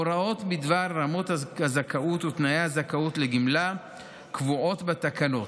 ההוראות בדבר רמות הזכאות ותנאי הזכאות לגמלה קבועות בתקנות,